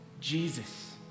Jesus